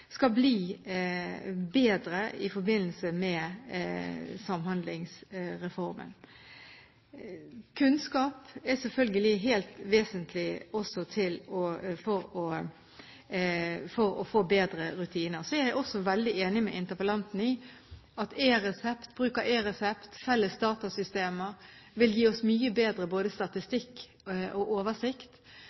skal bli bedre i forbindelse med Samhandlingsreformen. Kunnskap er selvfølgelig helt vesentlig også for å få bedre rutiner. Jeg er også veldig enig med interpellanten i at bruk av eResept, felles datasystemer, vil gi oss mye bedre både statistikk og oversikt,